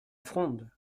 fronde